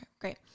Great